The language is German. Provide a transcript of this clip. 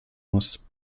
muss